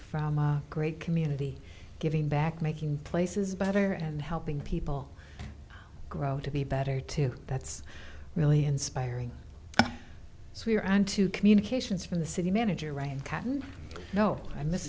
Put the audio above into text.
from a great community giving back making places better and helping people grow to be better to that's really inspiring so we're on to communications from the city manager right caton no i miss